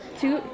two